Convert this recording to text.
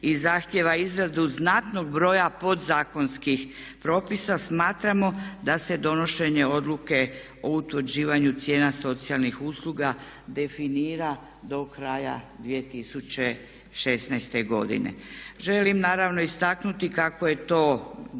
i zahtjeva izradu znatnog broja podzakonskih propisa smatramo da se donošenje odluke u utvrđivanju cijena socijalnih usluga definira do kraja 2016.godine. Želim naravno istaknuti kako je to držim